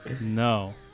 No